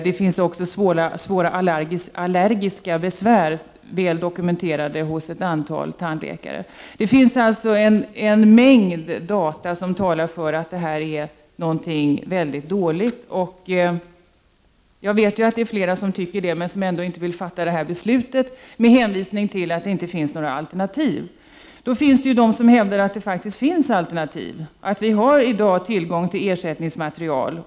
Det finns hos ett antal tandläkare väl dokumenterade allergiska besvär. Det finns således en mängd data som talar för att amalgamet är någonting mycket dåligt. Jag vet att flera har denna uppfattning men ändå inte vill fatta beslutet om en avveckling med hänvisning till att det inte finns några alternativ. Men det finns personer som hävdar att det faktiskt finns alternativ, att vi i dag har tillgång till ersättningsmaterial.